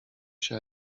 się